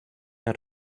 out